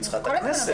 היא צריכה את הכנסת.